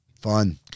Fun